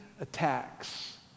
attacks